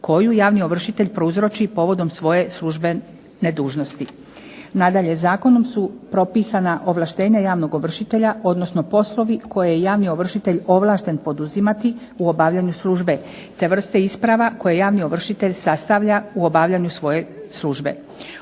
koju javni ovršitelj prouzroči povodom svoje službene dužnosti. Nadalje, zakonom su propisana ovlaštenja javnog ovršitelja, odnosno poslovi koje je javni ovršitelj ovlašten poduzimati u obavljanju službe te vrste isprava koje javni ovršitelj sastavlja u obavljanju svoje službe.